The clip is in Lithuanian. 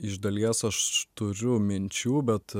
iš dalies aš turiu minčių bet